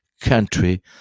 country